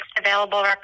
available